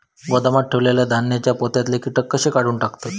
गोदामात ठेयलेल्या धान्यांच्या पोत्यातले कीटक कशे काढून टाकतत?